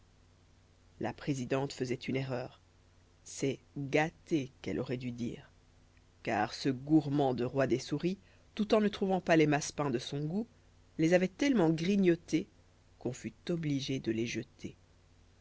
la présidente faisait une erreur c'est gâté qu'elle aurait dû dire car ce gourmand de roi des souris tout en ne trouvant pas les massepains de son goût les avait tellement grignotés qu'on fut obligé de les jeter